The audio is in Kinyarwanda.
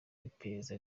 iperereza